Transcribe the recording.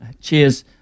Cheers